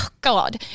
God